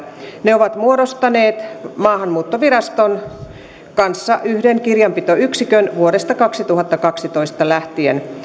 ne ovat muodostaneet maahanmuuttoviraston kanssa yhden kirjanpitoyksikön vuodesta kaksituhattakaksitoista lähtien